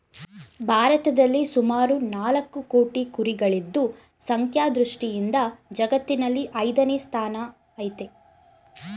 ಭಾರತದಲ್ಲಿ ಸುಮಾರು ನಾಲ್ಕು ಕೋಟಿ ಕುರಿಗಳಿದ್ದು ಸಂಖ್ಯಾ ದೃಷ್ಟಿಯಿಂದ ಜಗತ್ತಿನಲ್ಲಿ ಐದನೇ ಸ್ಥಾನ ಆಯ್ತೆ